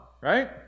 Right